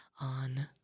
on